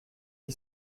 qui